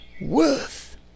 worth